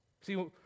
See